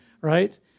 Right